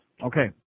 Okay